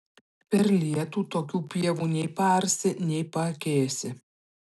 per lietų tokių pievų nei paarsi nei paakėsi